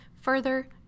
Further